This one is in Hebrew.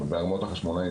ארמונות החשמונאים,